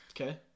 Okay